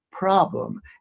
Problem